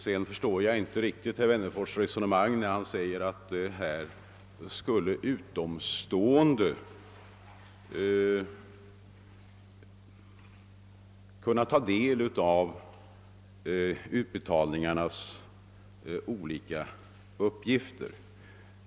Jag förstår vidare inte riktigt herr Wennerfors” resonemang att utomstående skulle kunna ta del av uppgifter i samband med utbetalningarna.